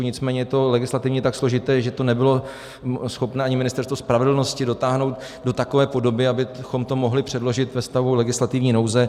Nicméně je to legislativně tak složité, že to nebylo schopné ani Ministerstvo spravedlnosti dotáhnout do takové podoby, abychom to mohli předložit ve stavu legislativní nouze.